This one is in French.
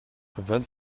vingt